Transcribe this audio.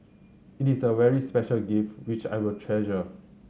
it is a very special gift which I will treasure